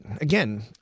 again